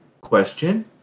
question